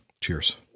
Cheers